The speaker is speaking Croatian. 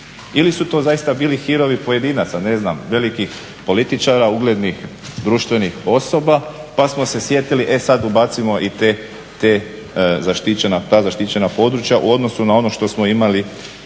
Ili su to zaista bili hirovi pojedinaca, ne znam velikih političara, uglednih društvenih osoba, pa smo se sjetili e sad ubacimo i ta zaštićena područja u odnosu na ono što smo imali